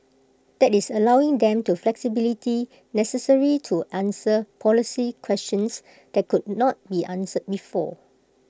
that is allowing them the flexibility necessary to answer policy questions that could not be answered before